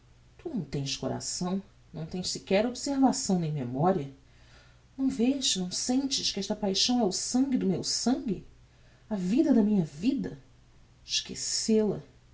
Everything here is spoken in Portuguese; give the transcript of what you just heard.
tu não tens coração não tens sequer observação nem memoria não vês não sentes que esta paixão é o sangue do meu sangue a vida da minha vida esquece la